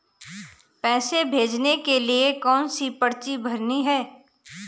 पैसे भेजने के लिए कौनसी पर्ची भरनी है?